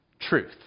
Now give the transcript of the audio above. Truth